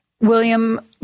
William